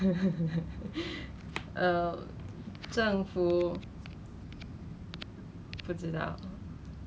然后也是很想念一些 nurses lor 他们也是对我很好 so I understand how you feel